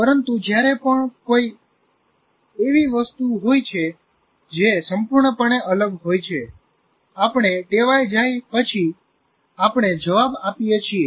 પરંતુ જ્યારે પણ કોઈ એવી વસ્તુ હોય છે જે સંપૂર્ણપણે અલગ હોય છે આપણે ટેવાય જાય પછી આપણે જવાબ આપીએ છીએ